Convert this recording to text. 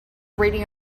rating